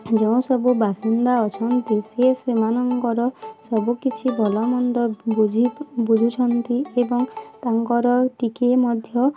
ଯେଉଁ ସବୁ ବାସିନ୍ଦା ଅଛନ୍ତି ସିଏ ସେମାନଙ୍କର ସବୁକିଛି ଭଲମନ୍ଦ ବୁଝି ବୁଝୁଛନ୍ତି ଏବଂ ତାଙ୍କର ଟିକେ ମଧ୍ୟ